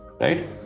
Right